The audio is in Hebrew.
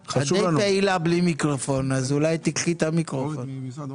אתה חייב למשוך את זה